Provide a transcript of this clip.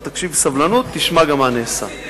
אתה תקשיב בסבלנות, תשמע גם מה נעשה.